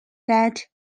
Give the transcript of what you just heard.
that